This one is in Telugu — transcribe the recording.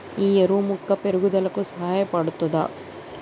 ఈ ఎరువు మొక్క పెరుగుదలకు సహాయపడుతదా?